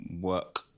work